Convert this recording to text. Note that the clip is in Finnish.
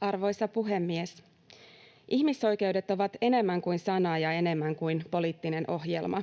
Arvoisa puhemies! Ihmisoikeudet ovat enemmän kuin sana ja enemmän kuin poliittinen ohjelma.